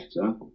better